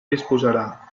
disposarà